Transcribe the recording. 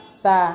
sa